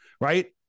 right